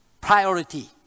Priority